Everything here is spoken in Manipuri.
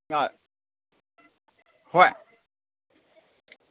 ꯍꯣꯏ